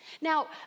Now